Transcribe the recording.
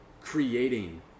creating